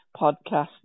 podcast